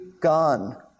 gone